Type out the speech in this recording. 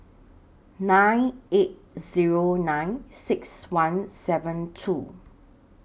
nine eight Zero nine six one seven two